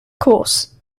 course